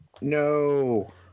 No